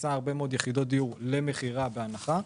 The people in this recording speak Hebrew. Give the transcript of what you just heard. מכניסה הרבה מאוד יחידות דיור למכירה בהנחה,